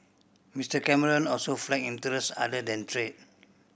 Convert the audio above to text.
Mister Cameron also flagged interests other than trade